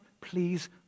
please